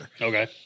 Okay